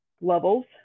levels